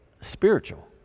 spiritual